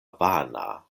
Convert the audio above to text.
vana